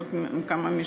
עוד כמה משפטים.